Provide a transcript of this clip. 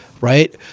right